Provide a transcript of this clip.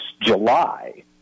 July